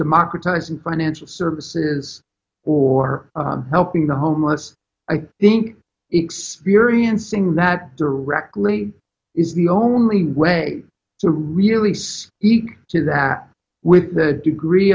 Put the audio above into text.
democratizing financial services or helping the homeless i think experiencing that directly is the only way to release the kids that with that degree